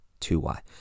2y